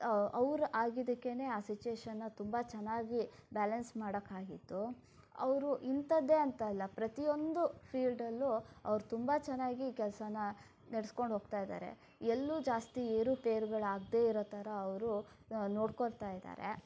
ಅವರು ಆಗಿದ್ದಕ್ಕೇನೇ ಆ ಸಿಚುಯೇಷನನ್ನು ತುಂಬ ಚೆನ್ನಾಗಿ ಬ್ಯಾಲೆನ್ಸ್ ಮಾಡೋಕಾಗಿದ್ದು ಅವರು ಇಂಥದ್ದೇ ಅಂತಲ್ಲ ಪ್ರತಿಯೊಂದು ಫೀಲ್ಡಲ್ಲೂ ಅವರು ತುಂಬ ಚೆನ್ನಾಗಿ ಕೆಲಸಾನ ನಡೆಸಿಕೊಂಡು ಹೋಗ್ತಾಯಿದ್ದಾರೆ ಎಲ್ಲೂ ಜಾಸ್ತಿ ಏರುಪೇರುಗಳಾಗದೆ ಇರೋ ಥರ ಅವರು ನೋಡ್ಕೋತಾಯಿದ್ದಾರೆ